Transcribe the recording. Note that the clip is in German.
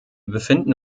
befinden